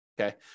okay